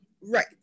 right